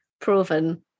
proven